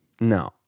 No